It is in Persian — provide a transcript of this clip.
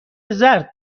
زرد